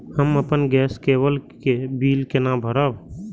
हम अपन गैस केवल के बिल केना भरब?